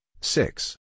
six